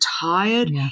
tired